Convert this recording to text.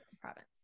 province